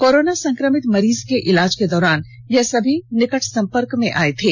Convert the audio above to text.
corona संक्रमित मरीज के इलाज के दौरान यह सभी निकट संपर्क में आए थे